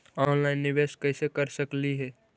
Online निबेस कैसे कर सकली हे?